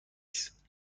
است